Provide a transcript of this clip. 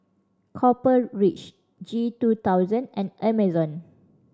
Copper Ridge G two thousand and Amazon